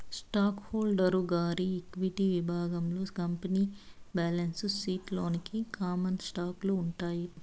stock holder గారి equity విభాగంలో company balance sheet లోని కామన్ స్టాకులు ఉంటాయి